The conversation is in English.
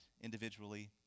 individually